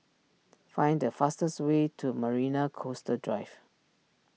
find the fastest way to Marina Coastal Drive